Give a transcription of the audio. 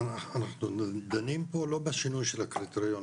אנחנו דנים פה לא בשינוי של הקריטריונים.